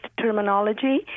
terminology